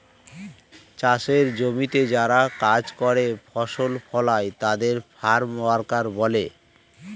চাষের জমিতে যারা কাজ করে, ফসল ফলায় তাদের ফার্ম ওয়ার্কার বলে